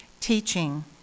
Teaching